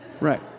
Right